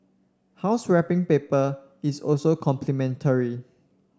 house wrapping paper is also complimentary